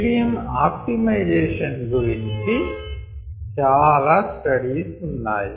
medium optimisation గురించి చాలా studies ఉన్నాయి